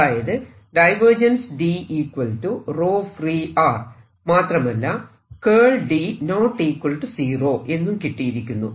അതായത് മാത്രമല്ല എന്നും കിട്ടിയിരിക്കുന്നു